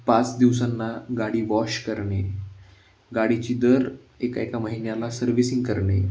पाच दिवसांना गाडी वॉश करणे गाडीची दर एका एका महिन्याला सर्व्हिसिंग करणे